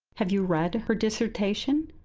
have you read her dissertation?